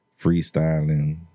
freestyling